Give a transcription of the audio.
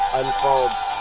unfolds